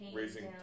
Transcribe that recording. raising